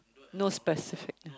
no specific ah